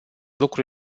lucru